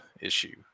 issue